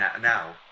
now